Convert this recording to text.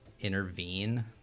intervene